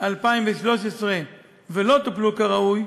2013 ולא טופלו כראוי,